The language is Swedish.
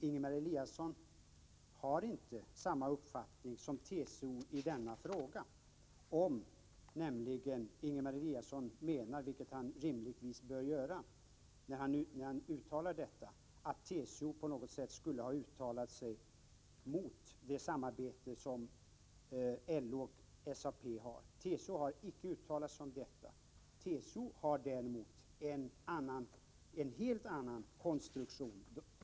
Ingemar Eliasson har inte samma uppfattning som TCO i denna fråga om Ingemar Eliasson menar det han säger — vilket han rimligtvis bör göra — när han påstår att TCO på något sätt skulle ha uttalat sig mot det samarbete som LO och SAP har. TCO har icke uttalat sig om detta. TCO har däremot en helt annan konstruktion.